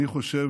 אני חושב